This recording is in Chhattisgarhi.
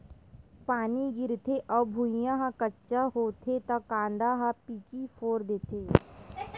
पानी गिरथे अउ भुँइया ह कच्चा होथे त कांदा ह पीकी फोर देथे